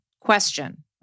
question